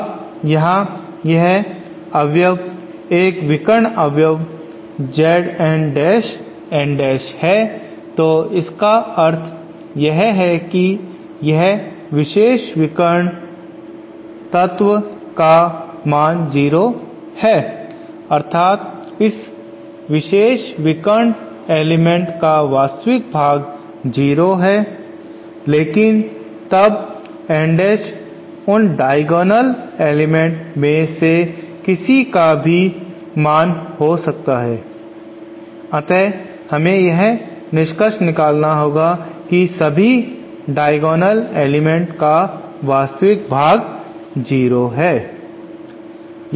अब यहां यह अवयव एक विकर्ण अवयव Z N dash N dash है तो इसका अर्थ यह है कि यह विशेष विकरण अवयव का मान जीरो है अर्थात इस विशेष विकर्ण एलीमेंट्स का वास्तविक भाग जीरो है लेकिन तब N Dash उन डायगोनाल एलीमेंट में से किसी एक का कोई भी मान हो सकता है अतः हमें यह निष्कर्ष निकालना होगा कि सभी डायगोनाल एलीमेंट का वास्तविक भाग जीरो है